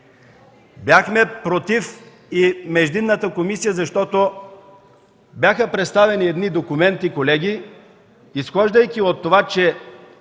Бяхме против и междинната комисия, защото бяха представени едни документи, колеги, изхождайки от това, че